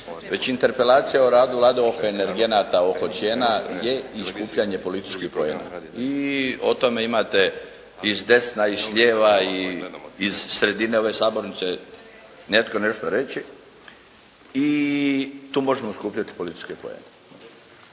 već Interpelacija o radu Vlade oko energenata, oko cijena je i skupljanje političkih poena i o tome imate i s desna, i s lijeva, i iz sredine ove sabornice netko nešto reći i tu možemo skupljati političke poene.